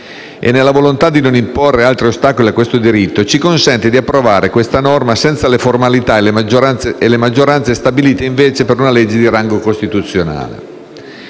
e nella volontà di non imporre altri ostacoli a questo diritto, ci consente di approvare questa norma senza le formalità e le maggioranze stabilite, invece, per una legge di rango costituzionale.